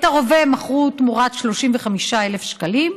את הרובה הם מכרו תמורת 35,000 שקלים.